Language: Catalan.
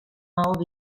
maó